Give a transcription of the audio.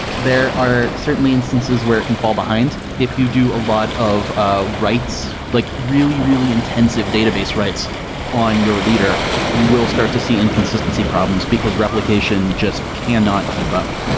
there are certainly instances where it can fall behind. if you do a lot of of writes, like really, really intensive database writes on your leader, you will start to see inconsistency problems, because replication just cannot keep up.